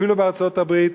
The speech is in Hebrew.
אפילו בארצות-הברית,